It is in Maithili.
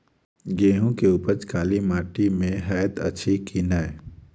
गेंहूँ केँ उपज काली माटि मे हएत अछि की नै?